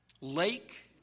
lake